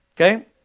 Okay